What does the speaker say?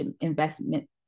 investment